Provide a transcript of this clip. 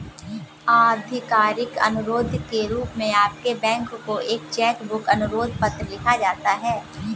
आधिकारिक अनुरोध के रूप में आपके बैंक को एक चेक बुक अनुरोध पत्र लिखा जाता है